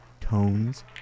tones